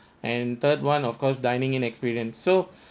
and third [one] of course dining in experience so